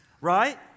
right